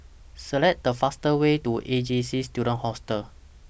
Select The fastest Way to A J C Student Hostel